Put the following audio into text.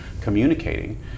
communicating